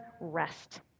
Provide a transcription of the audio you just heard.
rest